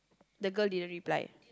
the girl didn't reply